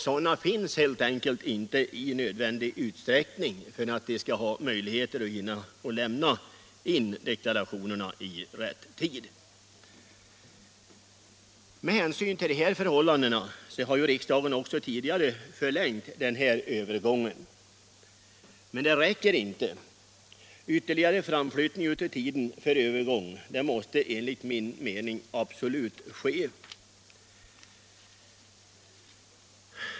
Sådan finns helt enkelt inte i nödvändig utsträckning för att dessa människor skall få möjlighet att lämna in sina deklarationer i rätt tid. Med hänsyn till dessa förhållanden har riksdagen också tidigare förlängt tiden för den här övergången. Men detta räcker inte. En ytterligare förlängning av övergångstiden måste enligt min mening absolut ske.